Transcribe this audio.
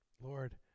Lord